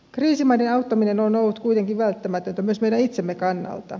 kriisimaiden auttaminen on ollut kuitenkin välttämätöntä myös meidän itsemme kannalta